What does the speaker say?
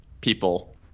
people